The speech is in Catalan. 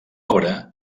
obra